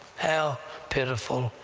how pitiful,